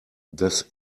das